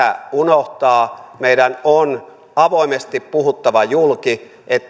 unohtaa meidän on avoimesti puhuttava julki että